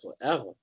forever